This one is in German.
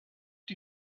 die